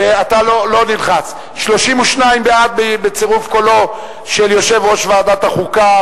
32 בעד בצירוף קולו של יושב-ראש ועדת החוקה,